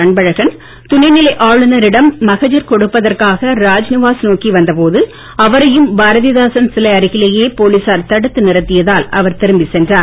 அன்பழகன் துணைநிலை ஆளுநரிடம் மகஜர் கொடுப்பதற்காக ராஜ்நிவாஸ் நோக்கி வந்த போது அவரையும் பாரதி தாசன் சிலை அருகிலேயே போலீசார் தடுத்து நிறுத்தியதால் அவர் திரும்பிச் சென்றார்